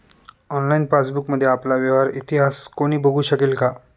Online पासबुकमध्ये आपला व्यवहार इतिहास कोणी बघु शकेल का?